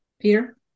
Peter